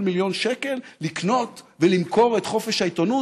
מיליון שקל לקנות ולמכור את חופש העיתונות?